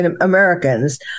Americans